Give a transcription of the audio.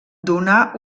donà